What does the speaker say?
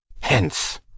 Hence